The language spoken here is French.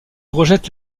rejette